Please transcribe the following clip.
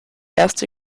erste